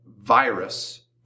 virus